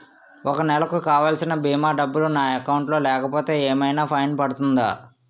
ఒక నెలకు కావాల్సిన భీమా డబ్బులు నా అకౌంట్ లో లేకపోతే ఏమైనా ఫైన్ పడుతుందా?